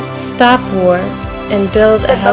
start work and build a